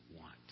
want